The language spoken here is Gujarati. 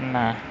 ના